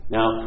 Now